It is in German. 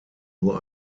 nur